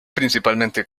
principalmente